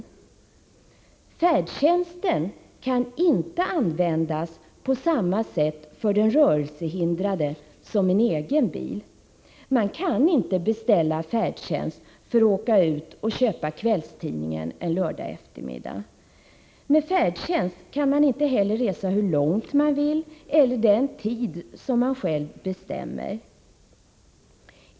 De bilar som tillhör färdtjänsten kan inte användas på samma sätt för den rörelsehindrade som en egen bil. Man kan inte beställa färdtjänst för att åka ut och köpa kvällstidningen en lördagseftermiddag. Med färdtjänst kan man inte heller resa hur långt man vill eller vid den tid som man själv bestämmer.